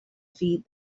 feed